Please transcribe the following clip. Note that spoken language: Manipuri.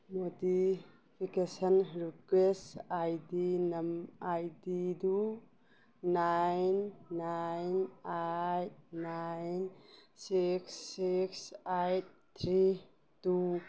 ꯅꯣꯇꯤꯐꯤꯀꯦꯁꯟ ꯔꯤꯀ꯭ꯋꯦꯁ ꯑꯥꯏ ꯗꯤ ꯑꯥꯏꯗꯤꯗꯨ nine nine eight nine six six eight three two